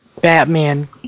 Batman